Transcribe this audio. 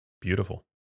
Beautiful